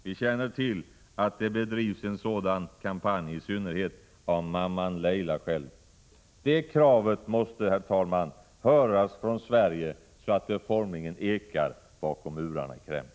Vi känner till att det bedrivs en sådan kampanj, i synnerhet av mamman Leila själv. Det kravet måste höras från Sverige så att det formligen ekar bakom murarna i Kreml.